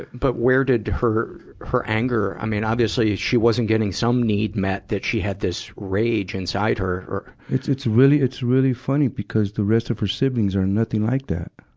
but where did her, her anger i mean, obviously, she wasn't getting some need met that she had this rage inside her, or bobby it's really, it's really funny, because the rest of her siblings are nothing like that.